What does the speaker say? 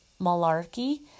malarkey